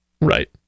Right